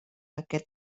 aquest